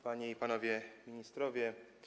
Panie i Panowie Ministrowie!